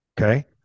Okay